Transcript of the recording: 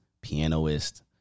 pianist